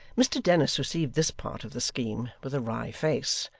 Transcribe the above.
mr dennis received this part of the scheme with a wry face,